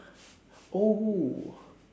oh